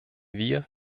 wir